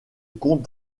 comte